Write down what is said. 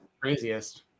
craziest